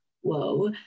Whoa